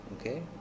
okay